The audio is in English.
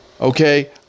Okay